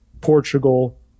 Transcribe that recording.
Portugal